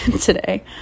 today